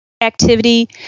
activity